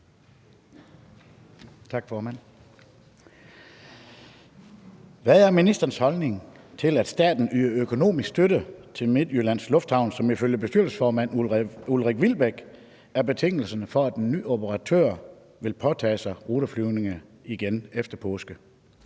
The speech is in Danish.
Hvad er ministerens holdning til, at staten yder økonomisk støtte til Midtjyllands Lufthavn, som ifølge bestyrelsesformand Ulrik Wilbek er betingelsen for, at en ny operatør vil påtage sig ruteflyvninger igen efter påske?